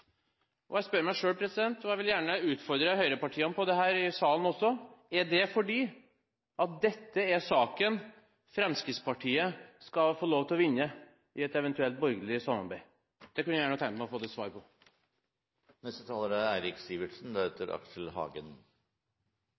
Og jeg spør meg selv, og jeg vil gjerne utfordre høyrepartiene i salen på dette: Er det fordi dette er saken Fremskrittspartiet skal få lov til å vinne i et eventuelt borgerlig samarbeid? Det kunne jeg gjerne ha tenkt meg å få et svar på.